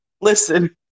listen